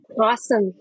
Awesome